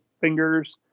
fingers